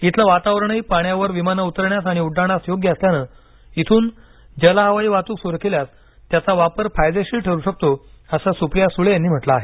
इथलं वातावरणही पाण्यावर विमानं उतरण्यास आणि उड्डाणास योग्य असल्यानं इथून जल हवाई वाहतुक सुरु केल्यास त्याचा वापर फायदेशीर ठरू शकतो असं सुप्रिया सुळे यांनी म्हटलं आहे